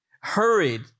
Hurried